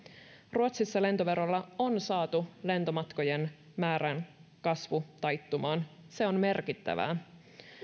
ruotsissa lentoverolla on saatu lentomatkojen määrän kasvu taittumaan se on merkittävää